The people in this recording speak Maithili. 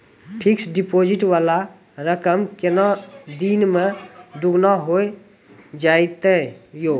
फिक्स्ड डिपोजिट वाला रकम केतना दिन मे दुगूना हो जाएत यो?